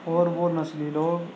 اور وہ نسلی لوگ